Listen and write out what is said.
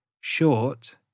short